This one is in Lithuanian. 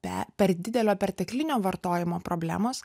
pe per didelio perteklinio vartojimo problemos